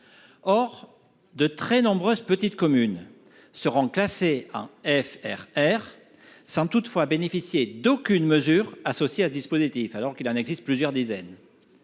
de très nombreuses communes seront classées en FRR sans toutefois bénéficier d’aucune mesure associée à ce dispositif, alors qu’il en existe plusieurs dizaines